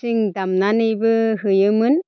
थिं दामनानैबो होयोमोन